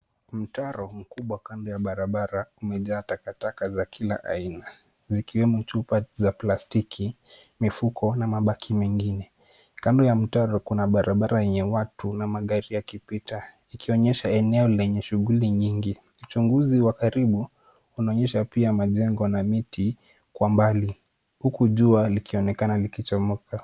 Mtaro mkubwa kando ya barabara umejaa takataka za kila aina, zikiwemo chupa za plastiki, mifuko na mabaki mengine. Kando ya mtaro kuna barabara yenye watu na magari yakipita, ikionesha eneo lenye shughuli nyingi. Uchunguzi wa karibu unaonyesha pia majengo na miti kwa mbali, huku jua likionekana likichomoka.